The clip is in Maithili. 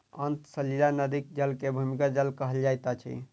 अंतः सलीला नदीक जल के भूमिगत जल कहल जाइत अछि